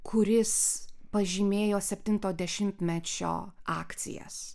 kuris pažymėjo septinto dešimtmečio akcijas